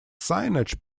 signage